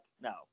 No